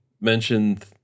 mentioned